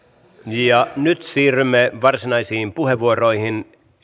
ja nyt siirrymme varsinaisiin puheenvuoroihin